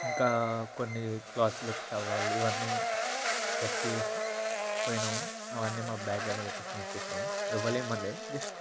ఇంకా కొన్ని clothes like towel ఇవన్నీ థెఫ్ట్ చేసి పోయినాము అవన్నీ మా బ్యాగులోనే పెట్టుకొనొచ్చేసినము ఎవ్వరేం అనలేదు జస్ట్